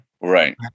Right